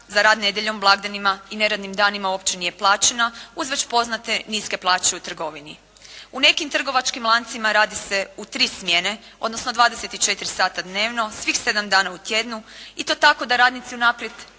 za rad nedjeljom, blagdanima i neradnim danima uopće nije plaćena, uz već poznate niske plaće u trgovini. U nekim trgovačkim lancima radi se u tri smjene, odnosno 24 sata dnevno, svih 7 dana u tjednu, i to tako da radnici unaprijed